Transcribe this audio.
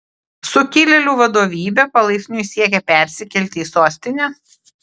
sukilėlių vadovybė palaipsniui siekia persikelti į sostinę